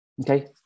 Okay